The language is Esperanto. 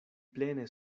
plene